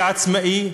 שיהיה עצמאי,